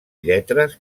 lletres